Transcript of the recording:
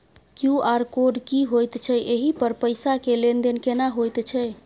QR code की होयत छै एहि पर पैसा के लेन देन केना होयत छै?